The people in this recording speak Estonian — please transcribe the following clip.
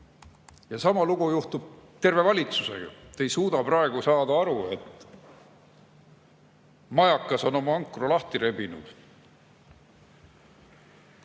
sama lugu juhtub terve valitsusega. Te ei suuda praegu saada aru, et majakas on oma ankru lahti rebinud.